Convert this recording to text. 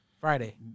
Friday